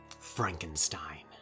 Frankenstein